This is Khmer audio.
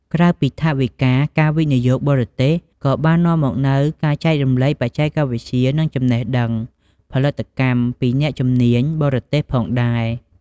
ក្រៅពីថវិកា ការវិនិយោគបរទេសក៏បាននាំមកនូវការចែករំលែកបច្ចេកវិទ្យា និងចំណេះដឹងផលិតកម្មពីអ្នកជំនាញបរទេសផងដែរ។